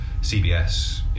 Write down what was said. CBS